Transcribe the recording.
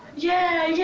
yeah!